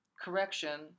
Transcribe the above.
correction